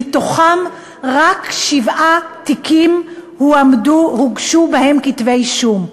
רק בשבעה תיקים הוגשו כתבי-אישום,